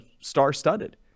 star-studded